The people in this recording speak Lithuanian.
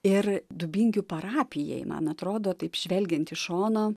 ir dubingių parapijai man atrodo taip žvelgiant iš šono